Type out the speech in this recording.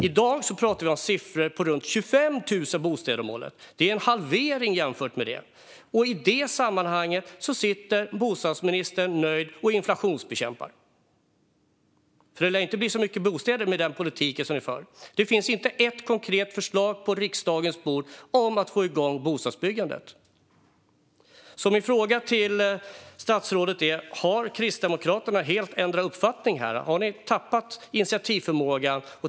I dag pratar vi om siffror på runt 25 000 bostäder om året. Det är en halvering jämfört med detta. I det sammanhanget sitter bostadsministern nöjd och inflationsbekämpar. Det lär inte bli så många bostäder med den politik som ni för. Det finns inte ett konkret förslag på riksdagens bord om att få igång bostadsbyggandet. Mina frågor till statsrådet är: Har Kristdemokraterna helt ändrat uppfattning? Har ni tappat initiativförmågan?